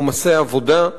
עומסי עבודה,